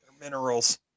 minerals